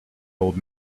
old